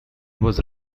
was